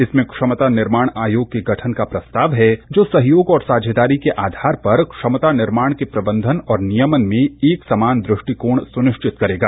इसमें क्षमता निर्माण आयोग के गठन का प्रस्तावहै जो सहयोग और साझेदारी के आघार पर क्षमता निर्माण के प्रदंधन और नियमन में एक समान दृष्टिकोण सुनिश्चित करेगा